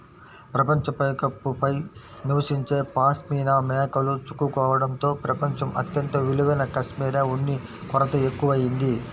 ప్రపంచ పైకప్పు పై నివసించే పాష్మినా మేకలు చిక్కుకోవడంతో ప్రపంచం అత్యంత విలువైన కష్మెరె ఉన్ని కొరత ఎక్కువయింది